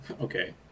Okay